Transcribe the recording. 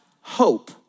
hope